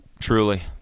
truly